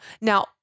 Now